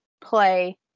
play